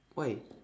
why